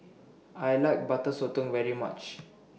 I like Butter Sotong very much